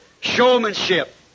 Showmanship